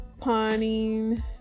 pawning